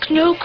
no